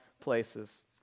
places